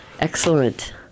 Excellent